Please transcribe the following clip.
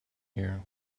here